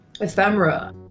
ephemera